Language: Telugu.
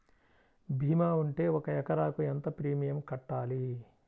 భీమా ఉంటే ఒక ఎకరాకు ఎంత ప్రీమియం కట్టాలి?